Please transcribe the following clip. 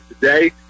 today